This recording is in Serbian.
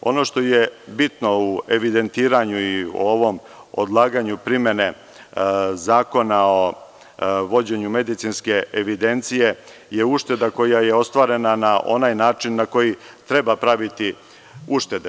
Ono što je bitno u evidentiranju i u ovom odlaganju primene Zakona o vođenju medicinske evidencije je ušteda koja je ostvarena na onaj način na koji treba praviti uštede.